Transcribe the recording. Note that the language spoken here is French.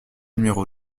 numéro